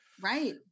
Right